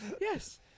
Yes